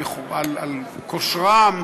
על כושרם,